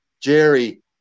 Jerry